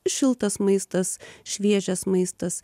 šiltas maistas šviežias maistas